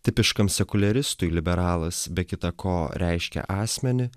tipiškam sekuliaristui liberalas be kita ko reiškia asmenį